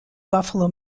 buffalo